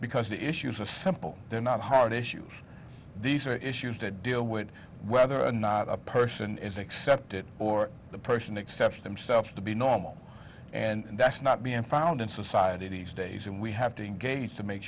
because the issues are simple they're not hard issues these are issues that deal with whether or not a person is accepted or the person except themselves to be normal and that's not being found in society's days and we have to engage to make